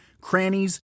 crannies